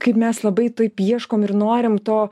kaip mes labai taip ieškom ir norim to